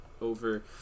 over